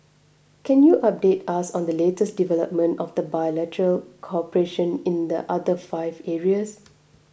can you update us on the latest development of the bilateral cooperation in the other five areas